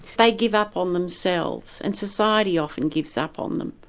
they give up on themselves and society often gives up on them,